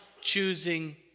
choosing